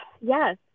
yes